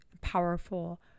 powerful